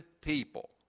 people